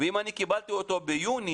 ואם אני קיבלתי אותו ביוני,